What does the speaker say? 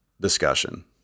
discussion